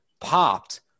popped